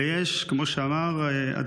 וכמו שאמרת,